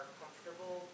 comfortable